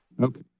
Okay